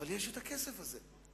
אבל הכסף הזה ישנו.